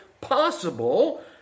possible